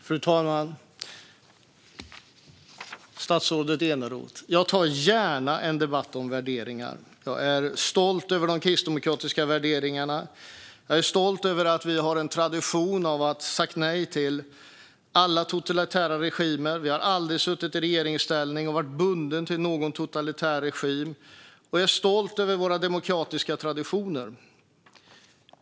Fru talman! Statsrådet Eneroth! Jag har gärna en debatt om värderingar. Jag är stolt över de kristdemokratiska värderingarna. Jag är stolt över att vi har en tradition av att säga nej till alla totalitära regimer. Vi har aldrig suttit i regeringsställning där vi har varit bundna till någon totalitär regim. Jag är stolt över våra demokratiska traditioner.